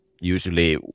usually